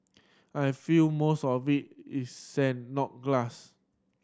I feel most of it is sand not glass